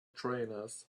trainers